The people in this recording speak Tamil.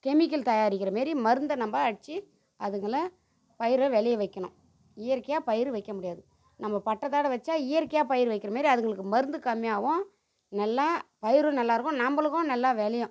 கெமிக்கல் தயாரிக்கின்ற மாரி மருந்தை நம்ம அடித்து அதுங்கள பயிரை விளைய வைக்கணும் இயற்கையாக பயிறு வைக்க முடியாது நம்ம பட்டத்தோடய வச்சா இயற்கையாக பயிறு வைக்கின்ற மாரி அதுங்களுக்கு மருந்து கம்மியாகும் நல்லா பயிரும் நல்லாருக்கும் நம்பளுக்கும் நல்லா விளையும்